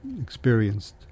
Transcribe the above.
experienced